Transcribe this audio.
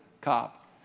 Cop